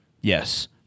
Yes